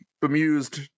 bemused